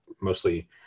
mostly